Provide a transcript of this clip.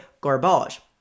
garbage